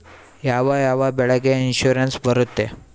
ಯಾವ ಯಾವ ಬೆಳೆಗೆ ಇನ್ಸುರೆನ್ಸ್ ಬರುತ್ತೆ?